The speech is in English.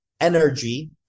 energy